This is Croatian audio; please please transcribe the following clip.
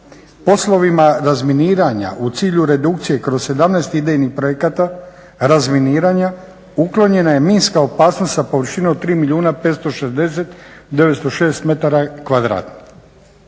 Poslovima razminiranja u cilju redukcije kroz 17 idejnih projekata razminiranja uklonjena je minska opasnost sa površine od 3